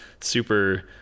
super